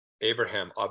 abraham